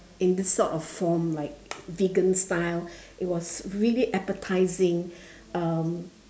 in this sort of form like vegan style it was really appetizing um